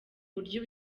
uburyo